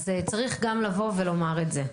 אז צריך גם לבוא ולומר את זה,